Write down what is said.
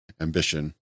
ambition